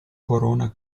corona